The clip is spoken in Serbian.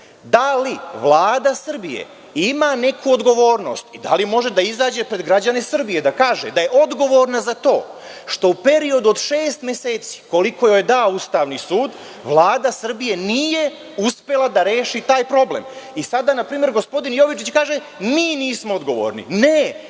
da li Vlada Srbije ima neku odgovornost i da li može da izađe pred građane Srbije da kaže da je odgovorna za to što u periodu od šest meseci, koliko joj je dao Ustavni sud, Vlada Srbije nije uspela da reši taj problem. Sada, na primer, gospodin Jovičić kaže – mi nismo odgovorni. Ne,